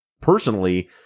personally